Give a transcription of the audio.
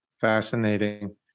fascinating